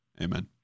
Amen